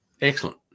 Excellent